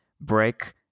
break